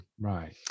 right